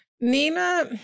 Nina